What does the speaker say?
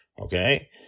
okay